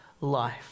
life